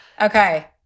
Okay